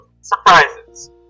surprises